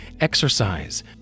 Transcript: exercise